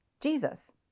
Jesus